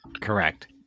Correct